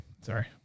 Sorry